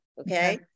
Okay